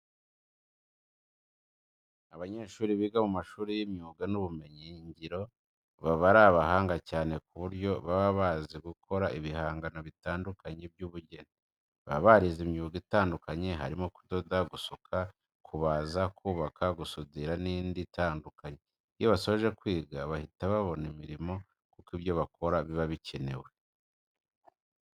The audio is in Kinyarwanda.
Abanyeshuri biga mu mashuri y'imyuga n'ubumenyingiro baba ari abahanga cyane ku buryo baba bazi gukora ibihangano bitandukanye by'ubugeni. Baba barize imyuga itandukanye harimo kudoda , gusuka, kubaza, kubaka, gusudira n'indi itandukanye. Iyo basoje kwiga bahita babona imirimo kuko ibyo bakora biba bikenewe.